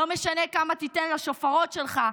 לא משנה כמה תיתן לשופרות שלך,